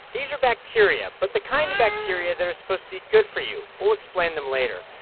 these are bacteria, but the kind of bacteria that are supposed to be good for you. we'll explain them later.